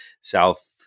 South